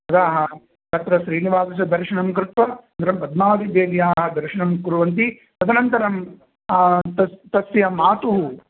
अतः तत्र श्रीनिवासस्य दर्शनं कृत्वा अनन्तरं पद्मावतिदेव्याः दर्शनं कुर्वन्ति तदनन्तरं तत् तस्य मातुः